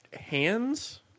hands